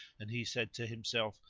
and he said to himself,